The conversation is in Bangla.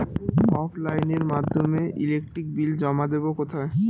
অফলাইনে এর মাধ্যমে ইলেকট্রিক বিল জমা দেবো কোথায়?